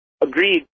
Agreed